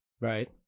Right